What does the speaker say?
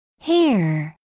hair